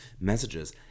messages